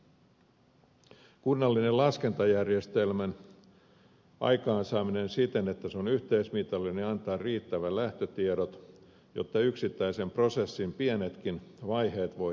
tärkeää on kunnallisen laskentajärjestelmän aikaansaaminen siten että se on yhteismitallinen ja antaa riittävät lähtötiedot jotta yksittäisen prosessin pienetkin vaiheet voidaan mitata